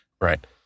Right